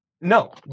no